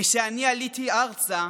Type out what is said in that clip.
כשאני עליתי ארצה,